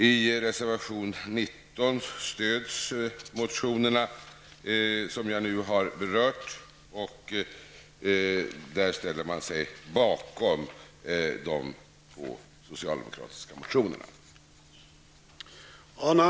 I reservation 19 uttrycks ett stöd för de motioner, som jag nu har berört. Där ställer man sig bakom de två socialdemokratiska motionerna.